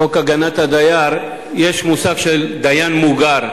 חוק הגנת הדייר יש מושג של דייר מוגן,